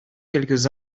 quelques